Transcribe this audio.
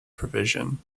provision